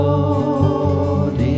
Lord